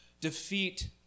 defeat